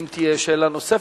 אם תהיה שאלה נוספת,